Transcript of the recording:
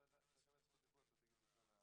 כשתקבל זכות דיבור תדבר יותר על הפרטים.